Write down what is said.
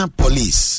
police